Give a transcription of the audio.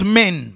men